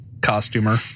costumer